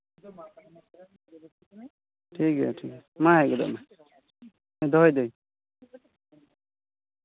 ᱴᱷᱤᱠᱜᱮᱭᱟ ᱟᱪᱷᱟ ᱢᱟ ᱦᱮᱡ ᱜᱚᱫᱚᱜ ᱢᱮ ᱫᱚᱦᱚᱭ ᱫᱟᱹᱧ